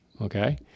Okay